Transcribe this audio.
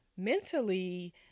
mentally